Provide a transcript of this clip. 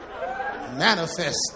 Manifest